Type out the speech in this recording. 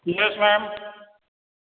yes ma'am